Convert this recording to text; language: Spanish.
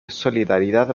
solidaridad